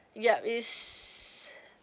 yup it's